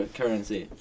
currency